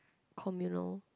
communal